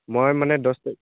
মই মানে দহ তাৰিখ